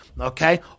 Okay